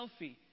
selfie